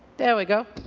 there we go,